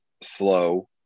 slow